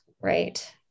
right